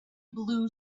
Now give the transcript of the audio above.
blue